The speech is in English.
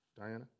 Diana